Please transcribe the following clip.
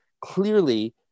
clearly